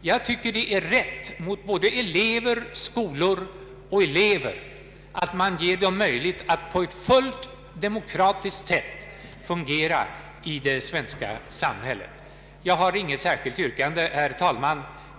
Jag tycker att det är rätt både mot elever och skolor att man ger dem möjlighet att på ett fullt demokratiskt sätt fungera i det svenska samhället. Jag har inget särskilt yrkande